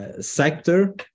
sector